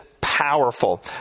powerful